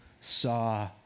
saw